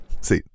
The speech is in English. See